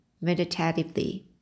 meditatively